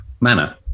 manner